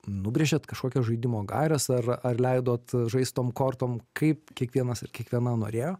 nubrėžėt kažkokias žaidimo gaires ar ar leidot žaist tom kortom kaip kiekvienas ar kiekviena norėjo